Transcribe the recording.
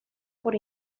por